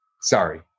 Sorry